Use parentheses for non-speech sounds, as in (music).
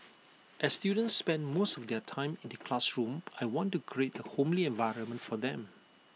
(noise) as students spend most of their time in the classroom I want to create A homely environment for them